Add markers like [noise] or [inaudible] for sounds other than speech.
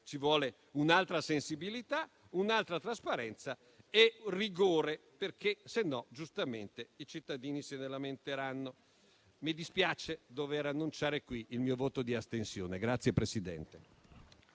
Ci vogliono un'altra sensibilità, un'altra trasparenza e rigore, perché altrimenti, giustamente, i cittadini se ne lamenteranno. Mi dispiace dover annunciare qui il mio voto di astensione. [applause]